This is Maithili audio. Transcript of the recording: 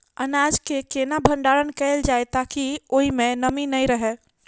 अनाज केँ केना भण्डारण कैल जाए ताकि ओई मै नमी नै रहै?